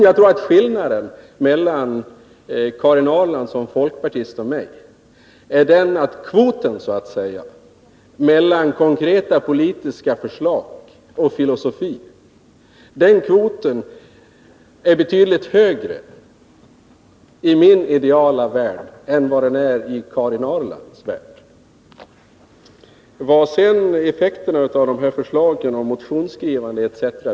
Jag tror att skillnaden mellan Karin Ahrland som folkpartist och mig är den att kvoten mellan konkreta politiska förslag och filosofi är betydligt högre i min ideala värld än vad den är i Karin Ahrlands värld. Vad sedan effekterna av de här förslagen, motionsskrivande etc.